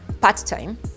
part-time